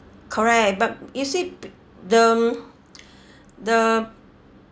correct but you see pe~ the the